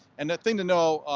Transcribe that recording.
and the thing to know,